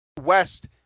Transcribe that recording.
West